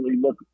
look